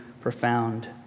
profound